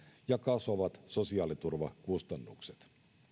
ja kasvavat sosiaaliturvakustannukset